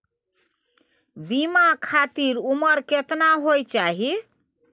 बीमा खातिर उमर केतना होय चाही?